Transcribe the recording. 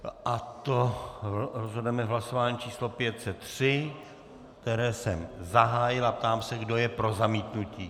A to rozhodneme v hlasování číslo 503, které jsem zahájil, a ptám se, kdo je pro zamítnutí.